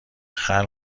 خلق